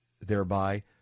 thereby